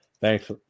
Thanks